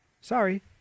Sorry